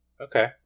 Okay